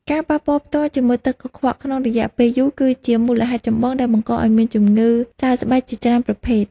ការប៉ះពាល់ផ្ទាល់ជាមួយទឹកកខ្វក់ក្នុងរយៈពេលយូរគឺជាមូលហេតុចម្បងដែលបង្កឱ្យមានជំងឺសើស្បែកជាច្រើនប្រភេទ។